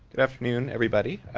afternoon everybody,